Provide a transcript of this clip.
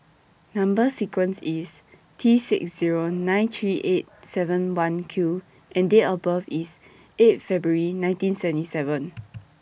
Number sequence IS T six Zero nine three eight seven one Q and Date of birth IS eighth February nineteen seventy seven